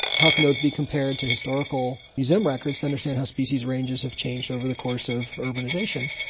how can those be compared to historical museum records to understand how species ranges have changed over the course of urbanisation.